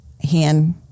hand